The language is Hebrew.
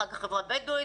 אחר כך החברה הבדווית,